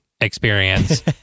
experience